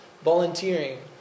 volunteering